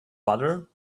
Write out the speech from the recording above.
butter